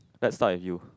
let's start at you